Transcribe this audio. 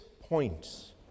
points